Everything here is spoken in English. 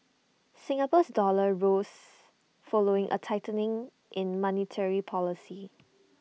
Singapore's dollar rose following A tightening in monetary policy